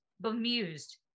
bemused